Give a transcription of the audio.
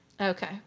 Okay